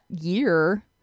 year